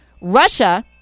Russia